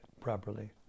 properly